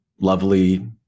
lovely